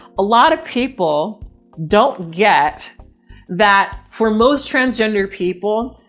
a lot of people don't get that for most transgender people.